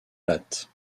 latte